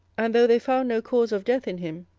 and though they found no cause of death in him,